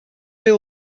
vais